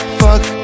fuck